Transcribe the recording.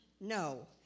No